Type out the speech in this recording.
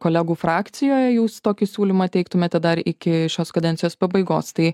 kolegų frakcijoje jūs tokį siūlymą teiktumėte dar iki šios kadencijos pabaigos tai